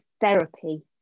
therapy